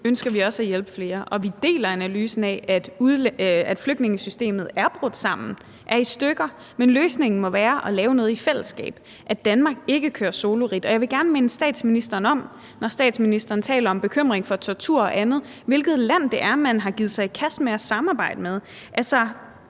ønsker vi også at hjælpe flere, og vi deler analysen af, at flygtningesystemet er brudt sammen, er i stykker, men løsningen må være at lave noget i fællesskab, at Danmark ikke kører soloridt. Og jeg vil gerne minde statsministeren om, når statsministeren taler om bekymring for tortur og andet, hvilket land det er, man har givet sig i kast med at samarbejde med.